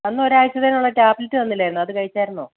അന്ന് ഒരാഴ്ച്ചത്തേതിനുള്ള ടാബ്ലറ്റ് തന്നില്ലായിരുന്നോ അത് കഴിച്ചായിരുന്നോ